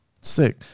Sick